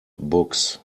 books